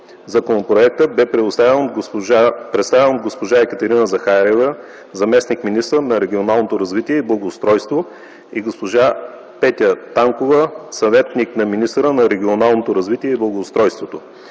Законопроектът бе представен от госпожа Екатерина Захариева – заместник-министър на регионалното развитие и благоустройството и госпожа Петя Тянкова – съветник на министъра на регионалното развитие и благоустройството.